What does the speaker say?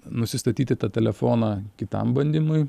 nusistatyti tą telefoną kitam bandymui